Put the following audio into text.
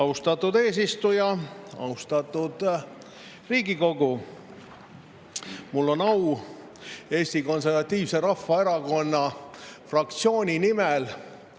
Austatud eesistuja! Austatud Riigikogu! Mul on au Eesti Konservatiivse Rahvaerakonna fraktsiooni nimel